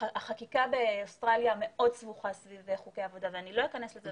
החקיקה באוסטרליה מאוד סבוכה סביב חוקי העבודה ואני לא אכנס לזה,